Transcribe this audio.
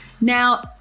Now